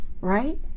Right